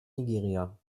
nigeria